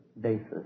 basis